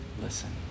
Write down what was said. listen